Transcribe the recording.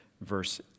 verse